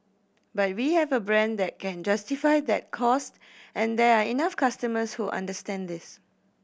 but we have a brand that can justify that cost and there are enough customers who understand this